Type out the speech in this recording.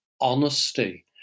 honesty